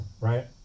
right